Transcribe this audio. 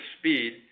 speed